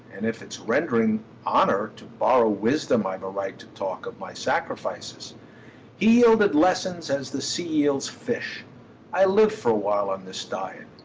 and if it's rendering honour to borrow wisdom i've a right to talk of my sacrifices. he yielded lessons as the sea yields fish i lived for a while on this diet.